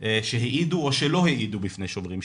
ולחיילות שהעידו או שלא העידו בפני "שוברים שתיקה",